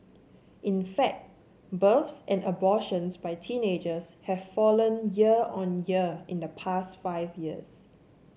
in fact births and abortions by teenagers have fallen year on year in the past five years